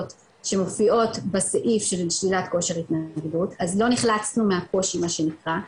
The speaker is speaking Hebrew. שמופיעות בסעיף של שלילת כושר התנגדות אז לא נחלצנו מהקושי מה שנקרא,